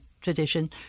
tradition